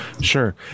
Sure